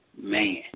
Man